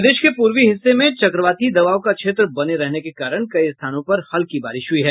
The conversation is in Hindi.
प्रदेश के पूर्वी हिस्से में चक्रवाती दबाव का क्षेत्र बने रहने के कारण कई स्थानों पर हल्की बारिश हुई है